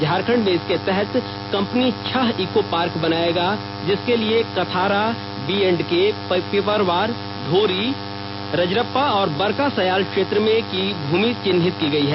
झारखंड में इसके तहत कंपनी छह ईको पार्क बनाएगा जिसके लिए Kathara B and K Piparwar Dhori Rajrappa और बरका सयाल क्षेत्र में की भूमि चिन्हित की गयी है